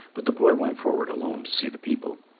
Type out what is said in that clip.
but the boy went forward alone to see the people.